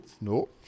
no